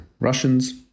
Russians